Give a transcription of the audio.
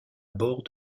bord